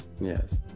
Yes